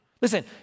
Listen